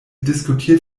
diskutiert